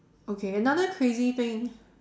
okay another crazy thing